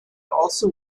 also